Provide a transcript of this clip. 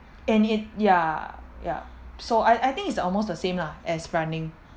and it yeah yeah so I I think it's almost the same lah as running